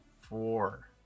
four